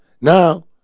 Now